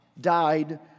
died